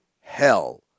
hell